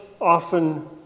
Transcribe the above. often